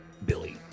Billy